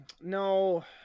no